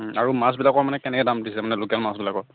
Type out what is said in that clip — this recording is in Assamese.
ও আৰু মাছবিলাকৰ মানে কেনেকৈ দাম দিছে মানে লোকেল মাছবিলাকৰ